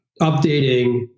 updating